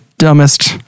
Dumbest